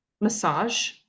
massage